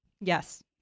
Yes